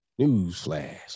newsflash